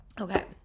Okay